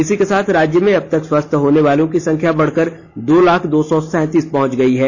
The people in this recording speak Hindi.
इसी के साथ राज्य में अबतक स्वस्थ होने वालों की संख्या बढ़कर दो लाख दो सौ सैंतीस पहुंच गयी है